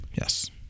Yes